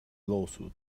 lawsuits